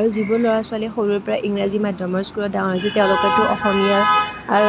আৰু যিবোৰ ল'ৰা ছোৱালীয়ে সৰুৰে পৰা ইংৰাজী মাধ্য়মৰ স্কুলত ডাঙৰ দীঘল হৈছে তেওঁলোকেতো অসমীয়া আৰু